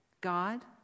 God